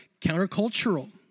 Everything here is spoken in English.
countercultural